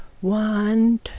One